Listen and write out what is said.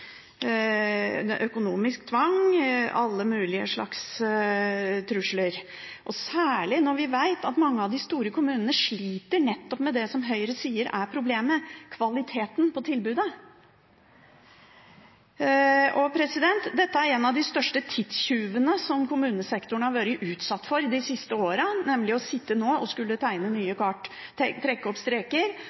sliter nettopp med det som Høyre sier er problemet – kvaliteten på tilbudet. Dette er en av de største tidstjuvene som kommunesektoren har vært utsatt for de siste årene, nemlig å tegne nye kart, trekke opp streker